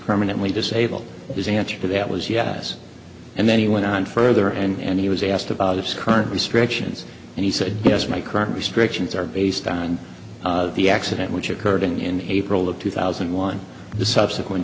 permanently disabled his answer to that was yes and then he went on further and he was asked about its current restrictions and he said yes my current restrictions are based on the accident which occurred in april of two thousand and one the subsequent